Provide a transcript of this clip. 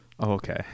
okay